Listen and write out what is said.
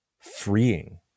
freeing